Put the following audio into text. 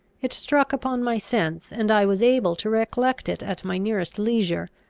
it struck upon my sense, and i was able to recollect it at my nearest leisure,